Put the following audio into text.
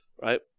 right